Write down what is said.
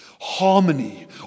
Harmony